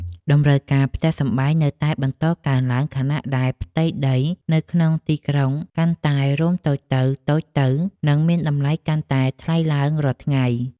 តម្រូវការផ្ទះសម្បែងនៅតែបន្តកើនឡើងខណៈដែលផ្ទៃដីនៅក្នុងទីក្រុងកាន់តែរួមតូចទៅៗ និងមានតម្លៃកាន់តែថ្លៃឡើងរាល់ថ្ងៃ។